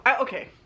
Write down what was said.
okay